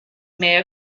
may